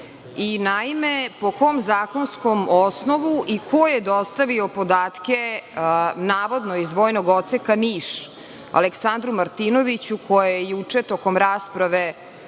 Naime, po kom zakonskom osnovu i ko je dostavio podatke navodno iz Vojnog odseka Niš Aleksandru Martinoviću, koje je juče tokom rasprave